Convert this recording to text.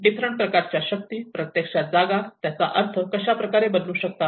different प्रकारच्या शक्ती प्रत्यक्षात जागा त्याचा अर्थ कशा प्रकारे बदलू शकतात